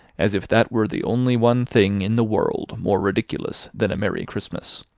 as if that were the only one thing in the world more ridiculous than a merry christmas.